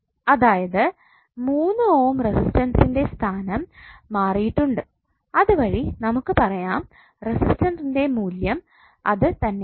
അതായത് 3 ഓം റെസിസ്റ്റർൻറെ സ്ഥാനം മാറിയിട്ടുണ്ട് അതുവഴി നമുക്ക് പറയാം റെസിസ്റ്ററിൻറെ മൂല്യം അത് തന്നെയാണെന്ന്